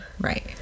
Right